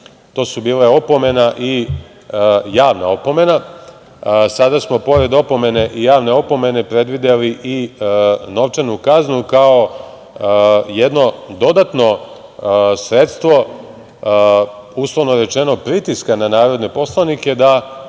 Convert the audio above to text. To su bile opomena i javna opomena. Sada smo pored opomene i javne opomene predvideli i novčanu kaznu, kao jedno dodatno sredstvo, uslovno rečeno, pritiska na narodne poslanike da